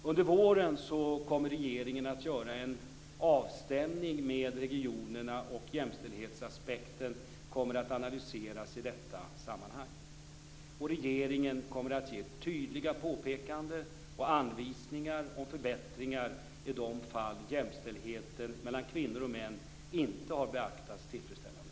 Under våren kommer regeringen att göra en avstämning med regionerna, och jämställdhetsaspekten kommer att analyseras i detta sammanhang. Regeringen kommer att ge tydliga påpekanden och anvisningar om förbättringar i de fall jämställdheten mellan kvinnor och män inte har beaktats tillfredsställande.